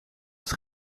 het